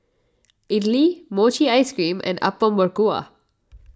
Idly Mochi Ice Cream and Apom Berkuah